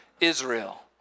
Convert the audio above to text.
Israel